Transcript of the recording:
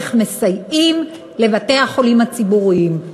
איך מסייעים לבתי-החולים הציבוריים,